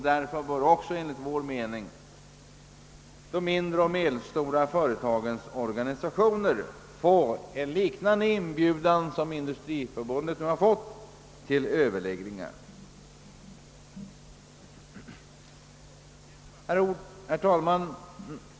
Därför bör också enligt vår mening de mindre och medelstora företagens organisationer få en liknande inbjudan till överläggningar som den Industriförbundet fått. Herr talman!